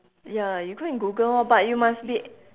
ya you go and google orh but you must be